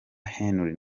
henry